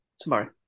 Tomorrow